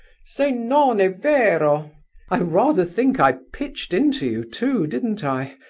se non e vero i rather think i pitched into you, too, didn't i?